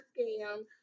scam